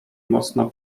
mocno